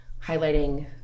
highlighting